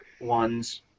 ones